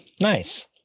Nice